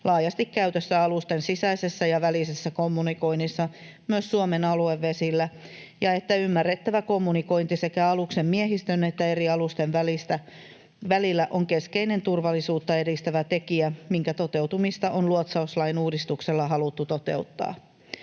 laajasti käytössä alusten sisäisessä ja välisessä kommunikoinnissa myös Suomen aluevesillä ja että ymmärrettävä kommunikointi sekä aluksen miehistön että eri alusten välillä on keskeinen turvallisuutta edistävä tekijä, minkä toteutumista on luotsauslain uudistuksella haluttu toteuttaa.